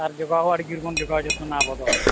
ᱟᱨ ᱡᱚᱜᱟᱣ ᱦᱚᱲ ᱡᱮᱨᱚᱠᱚᱢ ᱡᱚᱜᱟᱣ ᱡᱚᱛᱚᱱᱟ ᱟᱵᱚᱫᱚ